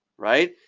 right?